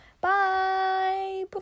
bye